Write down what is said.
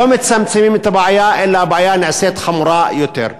לא מצמצמים את הבעיה, אלא הבעיה נעשית חמורה יותר.